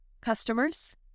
customers